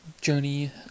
journey